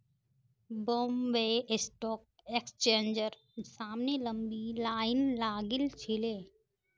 Bombay stock एक्सचेंजेर सामने लंबी लाइन लागिल छिले